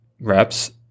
reps